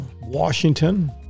Washington